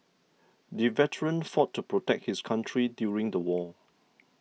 the veteran fought to protect his country during the war